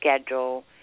schedule